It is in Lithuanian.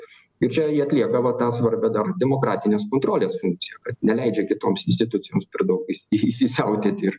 ir čia jie atlieka va tą svarbią dar demokratinės kontrolės funkciją kad neleidžia kitoms institucijoms per daug įsisiautėti ir